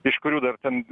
iš kurių dar ten